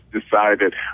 decided